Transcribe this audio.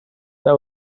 that